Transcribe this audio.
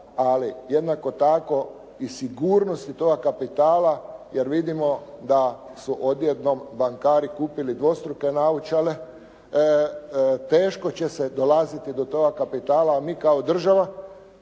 ali jednako tako i sigurnosti toga kapitala, jer vidimo da su odjednom bankari kupili dvostruke naočale, teško će se dolaziti do toga kapitala, mi kao država,